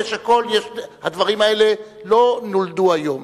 הדברים האלה לא נולדו היום.